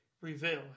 reveal